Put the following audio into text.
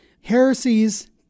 heresies